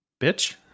bitch